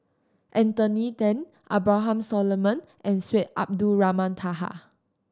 Anthony Then Abraham Solomon and Syed Abdulrahman Taha